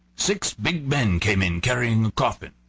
six big men came in carrying a coffin.